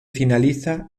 finaliza